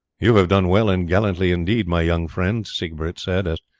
you have done well and gallantly indeed, my young friend, siegbert said as,